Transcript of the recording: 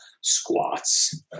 squats